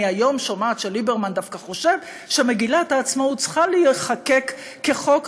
אני היום שומעת שליברמן דווקא חושב שמגילת העצמאות צריכה להיחקק כחוק,